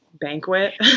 banquet